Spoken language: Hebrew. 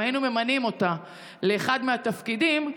אם היינו ממנים אותה לאחד מהתפקידים,